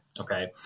okay